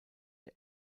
der